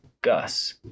Gus